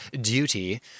duty